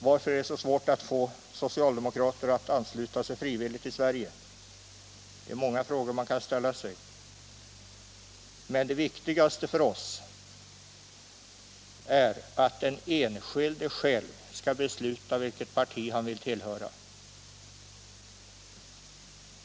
Varför är det så svårt att få socialdemokraterna att frivilligt ansluta sig till partiet i Sverige? Det är många frågor man kan ställa sig. Men det viktigaste för oss och mig är att den enskilde själv skall besluta vilket parti han skall tillhöra.